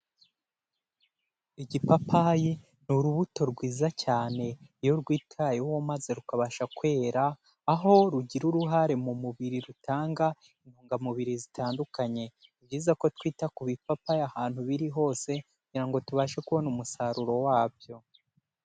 Igipapayi ni urubuto rwiza cyane iyo rwitaweho maze rukabasha kwera, aho rugira uruhare mu mubiri, rutanga intungamubiri zitandukanye, ni byiza ko twita ku bipapayi ahantu biri hose, kugira ngo tubashe kubona umusaruro wabyo.